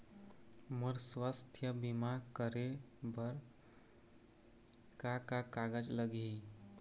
मोर स्वस्थ बीमा करे बर का का कागज लगही?